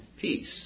peace